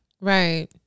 Right